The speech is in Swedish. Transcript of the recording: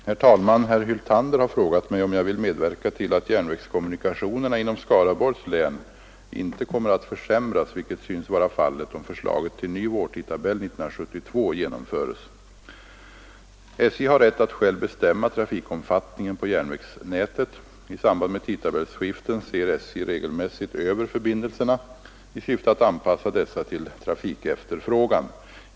Herr talman! Herr Hyltander har frågat mig om jag vill medverka till att järnvägskommunikationerna inom Skaraborgs län inte kommer att försämras, vilket synes vara fallet om förslaget till ny vårtidtabell 1972 genom föres. SJ har rätt att själv bestämma trafikomfattningen på järnvägsnätet. I samband med tidtabellskiften ser SJ regelmässigt över förbindelserna i syfte att anpassa dessa till trafikefterfrågan.